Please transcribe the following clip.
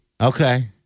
Okay